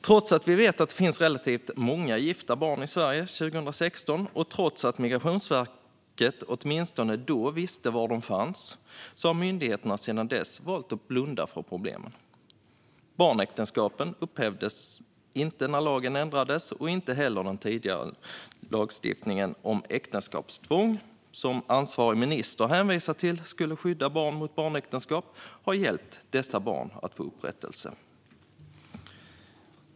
Trots att vi vet att det fanns relativt många gifta barn i Sverige 2016 och trots att Migrationsverket åtminstone då visste var de fanns har myndigheterna sedan dess valt att blunda för problemen. Barnäktenskapen upphävdes inte när lagen ändrades. Inte heller den tidigare lagstiftningen om äktenskapstvång, som ansvarig minister hänvisade till skulle skydda barn mot barnäktenskap, har hjälpt dessa barn att få upprättelse.